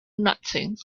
nothing